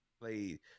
played